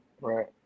Right